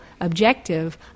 objective